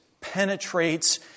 penetrates